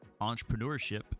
entrepreneurship